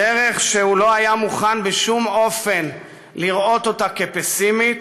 דרך שהוא לא היה מוכן בשום אופן לראות אותה כפסימית.